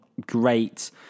great